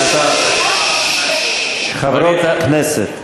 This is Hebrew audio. חברות הכנסת.